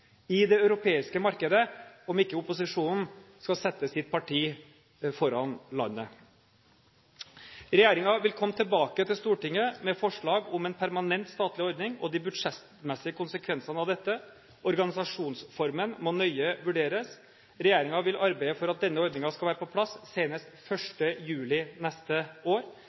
i det europeiske markedet, om ikke opposisjonen skal sette sitt parti foran landet. Regjeringen vil komme tilbake til Stortinget med forslag om en permanent statlig ordning og de budsjettmessige konsekvensene av dette. Organisasjonsformen må nøye vurderes. Regjeringen vil arbeide for at denne ordningen skal være på plass senest 1. juli neste år.